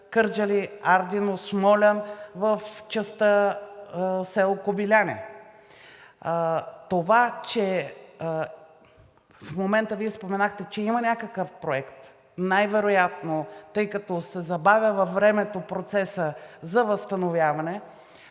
Кърджали – Ардино – Смолян в частта село Кобиляне. Това, че в момента Вие споменахте, че има някакъв проект, най-вероятно, тъй като се забавя във времето процесът за възстановяване,